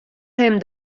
him